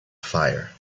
fire